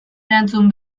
erantzun